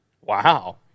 Wow